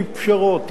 לפשרות,